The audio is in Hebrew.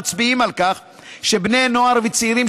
המצביעים על כך שבני נוער וצעירים,